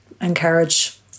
encourage